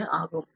1 ஆகும்